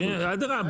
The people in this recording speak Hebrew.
חבר'ה,